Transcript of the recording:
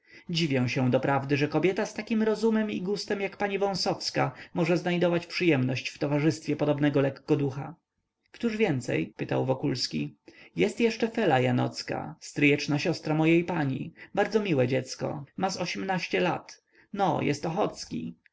dziwię się doprawdy że kobieta z takim rozumem i gustem jak pani wąsowska może znajdować przyjemność w towarzystwie podobnego lekkoducha któż więcej pytał wokulski jest jeszcze fela janocka stryjeczna siostra mojej pani bardzo miłe dziecko ma z ośmnaście lat no jest ochocki